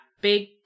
big